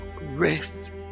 rest